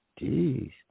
Jeez